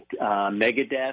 Megadeth